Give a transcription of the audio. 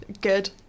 Good